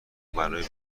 برای